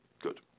Good